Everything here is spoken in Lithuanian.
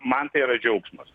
man tai yra džiaugsmas